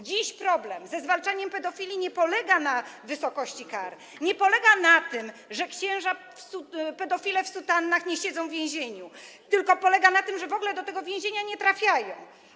Dziś problem ze zwalczaniem pedofilii nie polega na wysokości kar, nie polega na tym, że księża, pedofile w sutannach nie siedzą w więzieniu, tylko polega na tym, że w ogóle do tego więzienia nie trafiają.